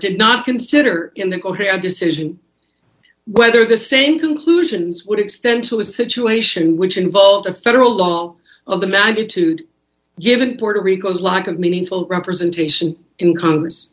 did not consider in the korea decision whether the same conclusions would extend to a situation which involved a federal law of the magnitude given puerto rico's lack of meaningful representation in congress